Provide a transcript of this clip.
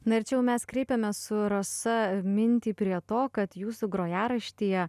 na ir čia jau mes kreipiame su rasa mintį prie to kad jūsų grojaraštyje